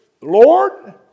Lord